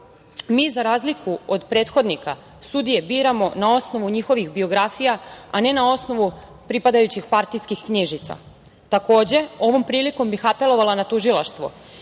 mi za razliku od prethodnika sudije biramo na osnovu njihovih biografija, a ne na osnovu pripadajućih partijskih knjižica. Takođe, ovom prilikom bih apelovala na tužilaštvo